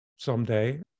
Someday